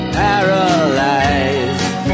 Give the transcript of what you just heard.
paralyzed